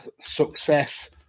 success